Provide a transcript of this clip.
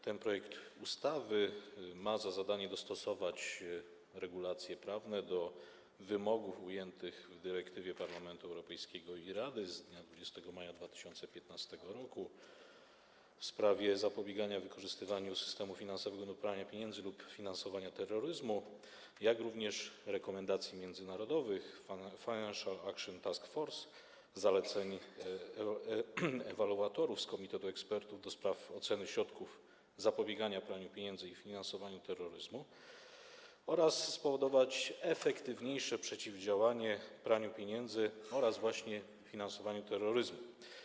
Ten projekt ustawy ma za zadanie dostosować regulacje prawne do wymogów ujętych w dyrektywie Parlamentu Europejskiego i Rady z dnia 20 maja 2015 r. w sprawie zapobiegania wykorzystywaniu systemu finansowego do prania pieniędzy lub finansowania terroryzmu, jak również do rekomendacji międzynarodowych Financial Action Task Force oraz zaleceń ewaluatorów z Komitetu Ekspertów ds. Oceny Środków Zapobiegania Praniu Pieniędzy i Finansowaniu Terroryzmu, a także spowodować efektywniejsze przeciwdziałanie praniu pieniędzy oraz finansowaniu terroryzmu.